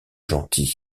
gentil